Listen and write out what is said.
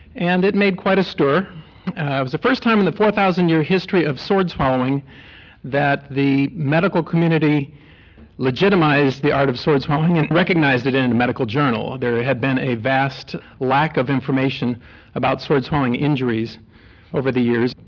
and it made quite a stir. it was the first time in the four thousand year history of sword swallowing that the medical community legitimised the art of sword swallowing and recognised it in a medical journal. there had been a vast lack of information about sword swallowing injuries over the years,